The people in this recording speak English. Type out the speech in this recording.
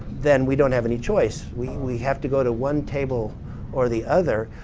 then we don't have any choice. we we have to go to one table or the other.